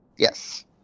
Yes